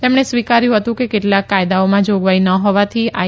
તેમણે સ્વીકાર્યું હતું કે કેટલાંક કાયદાઓમાં જાગવાઇ ન હોવાથી આઈ